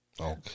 Okay